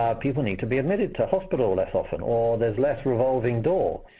people need to be admitted to hospital less often, or there's less revolving door.